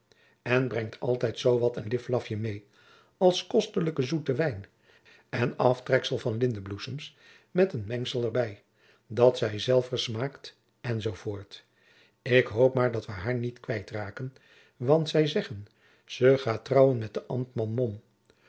en brengt altijd zoo wat een liflafje met als kostelijken zoeten wijn en aftreksel van lindenbloeisels met een mengsel er bij dat zij zelvers maakt en zoo voort ik hoop maôr dat we heur niet kwijt raôken want zij zeggen ze gaôt trouwen met den ambtman